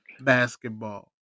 basketball